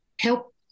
help